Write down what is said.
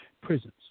prisons